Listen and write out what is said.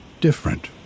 different